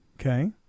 Okay